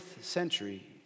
century